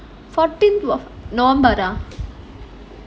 fourteenth of november ah